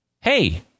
Hey